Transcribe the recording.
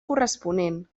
corresponent